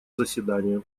заседания